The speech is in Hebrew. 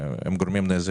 וגורמים נזק.